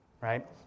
right